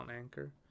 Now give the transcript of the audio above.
anchor